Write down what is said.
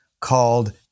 called